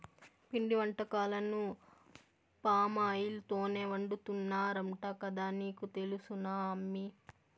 పిండి వంటకాలను పామాయిల్ తోనే వండుతున్నారంట కదా నీకు తెలుసునా అమ్మీ